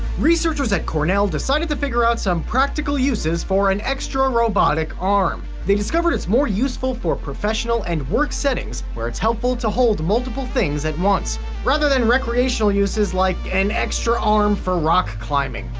researchers at cornell decided to figure out some practical uses for an extra robotic arm. they discovered it's more useful for professional and work settings where it's helpful to hold multiple things at once rather than recreational uses like an extra arm for rock climbing.